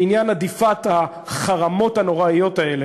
בעניין הדיפת החרמות הנוראים האלה,